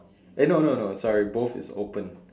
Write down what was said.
eh no no no sorry both is open